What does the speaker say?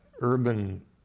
urban